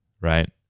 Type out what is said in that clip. right